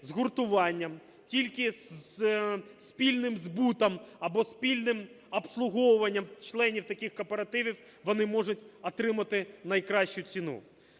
згуртуванням, тільки спільним збутом або спільним обслуговуванням членів таких кооперативів вони можуть отримати найкращу ціну.